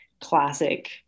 classic